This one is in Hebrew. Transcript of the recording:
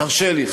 תרשה לי,